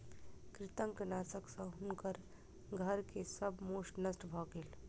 कृंतकनाशक सॅ हुनकर घर के सब मूस नष्ट भ गेल